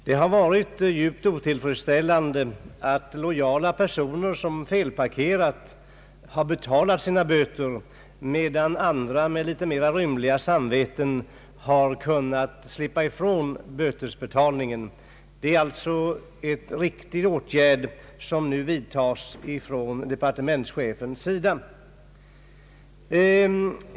Det har varit djupt otillfredsställande att lojala personer som felparkerat har betalat sina böter, medan andra med litet mer rymliga samveten har kunnat slippa ifrån betalningen. Det är alltså en riktig åtgärd som nu vidtas från departementschefens sida.